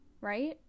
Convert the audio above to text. right